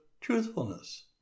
truthfulness